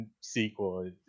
sequel